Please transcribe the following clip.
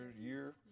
year